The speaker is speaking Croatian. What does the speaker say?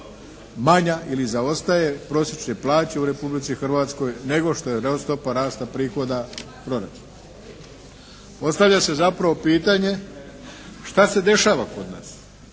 manja ili zaostaje prosječne plaće u Republici Hrvatskoj nego što je stopa rasta prihoda proračuna. Postavlja se zapravo pitanje, šta se dešava kod nas.